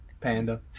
Panda